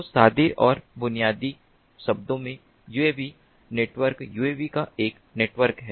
तो सादे और बुनियादी शब्दों में यूएवी नेटवर्क यूएवी का एक नेटवर्क है